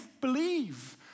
believe